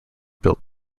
built